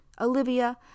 Olivia